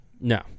No